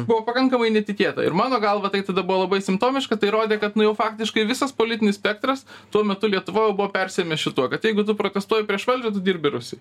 buvo pakankamai netikėta ir mano galva tai tada buvo labai simptomiška tai rodė kad nu jau faktiškai visas politinis spektras tuo metu lietuvoj jau buvo persiėmę šituo kad jeigu tu protestuoji prieš valdžią tu dirbi rusijai